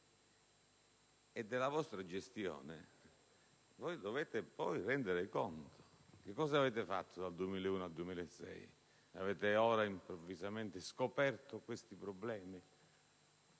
E della vostra gestione voi dovete poi rendere conto. Che cosa avete fatto dal 2001 al 2006? Solo ora avete improvvisamente scoperto questi problemi,